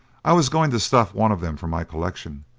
i was going to stuff one of them for my collection,